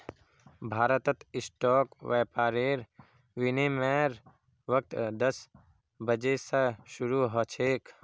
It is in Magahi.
भारतत स्टॉक व्यापारेर विनियमेर वक़्त दस बजे स शरू ह छेक